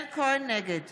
נגד